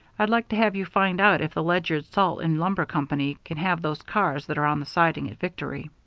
i'd like to have you find out if the ledyard salt and lumber company can have those cars that are on the siding at victory.